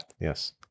Yes